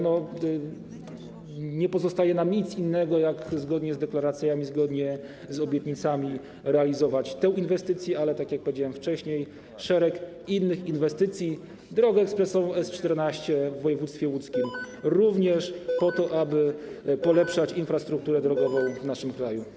Nie pozostaje nam nic innego, jak zgodnie z deklaracjami, zgodnie z obietnicami realizować tę inwestycję, ale - tak jak powiedziałem wcześniej - też szereg innych inwestycji, drogę ekspresową S14 w województwie łódzkim, również po to, aby polepszać infrastrukturę drogową w naszym kraju.